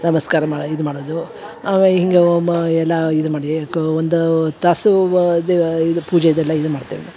ನಮಸ್ಕಾರ ಮಾ ಇದು ಮಾಡದು ಆಮೇಯ್ ಹಿಂಗೆ ಮ ಎಲ್ಲ ಇದು ಮಾಡೇ ಕ ಒಂದು ತಾಸು ವ ದೇವ ಇದು ಪೂಜೆದೆಲ್ಲ ಇದು ಮಾಡ್ತೇವೆ